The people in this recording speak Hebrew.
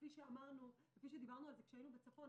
כפי שדיברנו כאשר היינו בצפון,